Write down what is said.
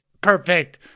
perfect